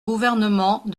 gouvernement